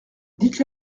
dites